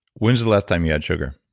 when's the last time you had sugar?